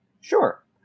Sure